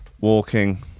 walking